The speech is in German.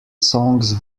songs